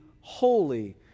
holy